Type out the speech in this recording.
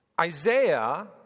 Isaiah